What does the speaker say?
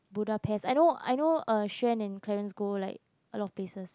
Budapest I know I know Shane and Clarence go like a lot of places